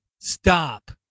stop